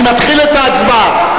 אני מתחיל את ההצבעה,